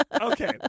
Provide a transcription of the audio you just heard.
Okay